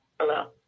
Hello